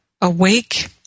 awake